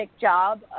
job